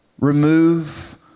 remove